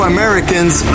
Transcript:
Americans